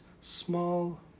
small